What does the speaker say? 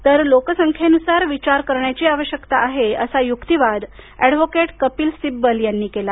तर लोकसंख्येनुसार विचार करण्याची आवश्यकता आहे असा युक्तीवाद एडवोकेट कपील सिब्बल यांनी केला